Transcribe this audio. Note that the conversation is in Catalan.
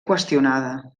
qüestionada